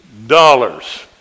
Dollars